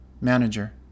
manager